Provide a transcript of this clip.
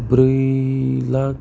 ब्रै लाख